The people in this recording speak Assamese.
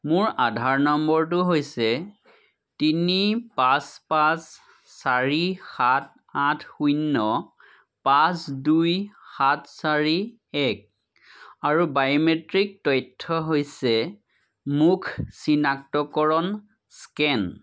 মোৰ আধাৰ নম্বৰটো হৈছে তিনি পাঁচ পাঁচ চাৰি সাত আঠ শূন্য পাঁচ দুই সাত চাৰি এক আৰু বায়োমেট্ৰিক তথ্য হৈছে মুখ চিনাক্তকৰণ স্কেন